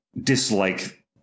dislike